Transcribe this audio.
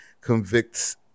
convicts